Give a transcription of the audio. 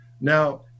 Now